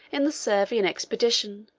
in the servian expedition,